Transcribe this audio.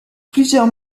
plusieurs